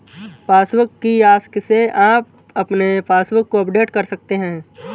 passbook kiosk से आप अपने पासबुक को अपडेट कर सकते हैं